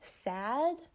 sad